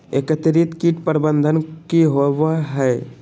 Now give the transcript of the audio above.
एकीकृत कीट प्रबंधन की होवय हैय?